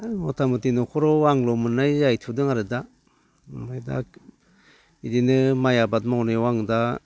मथा मथि न'खराव आंल' मोननाय जाहैथ'दों आरो दा ओमफाय दा बिदिनो माइ आबाद मावनायाव आं दा